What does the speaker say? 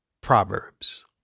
Proverbs